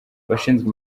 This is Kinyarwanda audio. abashinzwe